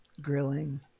grilling